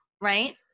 Right